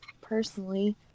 personally